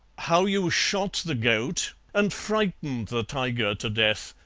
how you shot the goat and frightened the tiger to death,